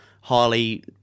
highly